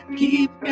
keep